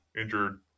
injured